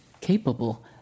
capable